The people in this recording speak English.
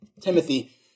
Timothy